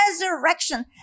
Resurrection